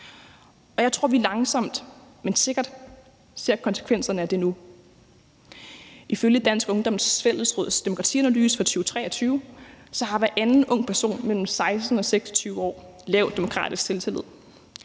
Jeg tror, at vi langsomt, men sikkert ser konsekvenserne af det nu. Ifølge Dansk Ungdoms Fællesråds demokratianalyse fra 2023 har hver anden ung person mellem 16 og 26 år lav demokratisk selvtillid.